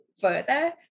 further